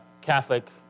Catholic